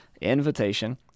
invitation